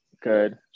good